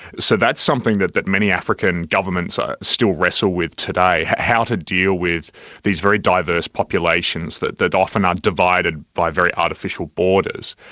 so that's something that that many african governments still wrestle with today how to deal with these very diverse populations that that often are divided by very artificial borders,